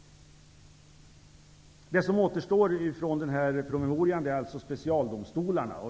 Det som återstår från denna promemoria är alltså specialdomstolarna.